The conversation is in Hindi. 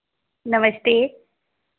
नमस्ते